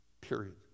period